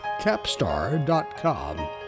Capstar.com